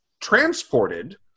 transported